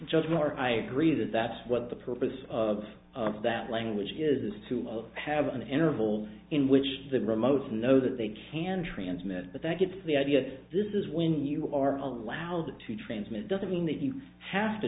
just more i agree that that's what the purpose of of that language is is to have an interval in which the remotes know that they can transmit but that gets the idea that this is when you are allowed to transmit doesn't mean that you have to